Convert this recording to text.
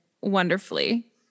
wonderfully